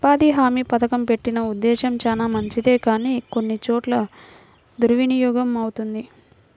ఉపాధి హామీ పథకం పెట్టిన ఉద్దేశం చానా మంచిదే కానీ కొన్ని చోట్ల దుర్వినియోగమవుతుంది